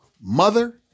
Mother